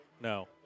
no